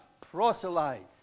proselytes